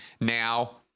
Now